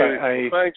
thanks